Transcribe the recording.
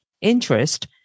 interest